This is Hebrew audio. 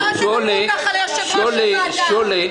אתן לא תדברו ככה ליושב-ראש הוועדה -- שולי,